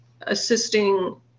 assisting